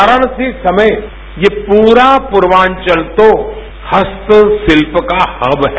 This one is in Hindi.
वाराणसी समेत ये पूरा पूर्वांचल तो हस्त शिल्प का हब है